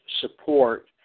support